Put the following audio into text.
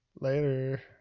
Later